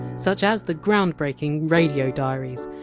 such as the groundbreaking radio diaries,